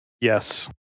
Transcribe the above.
Yes